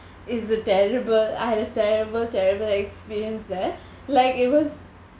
is a terrible I had a terrible terrible experience there like it was